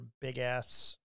big-ass